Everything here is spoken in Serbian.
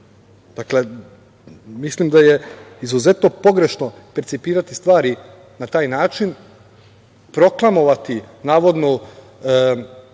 Dakle, mislim da je izuzetno pogrešno percipirati stvari na taj način, proklamovati navodnu